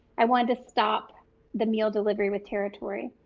i want to stop the meal delivery with territory